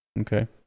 okay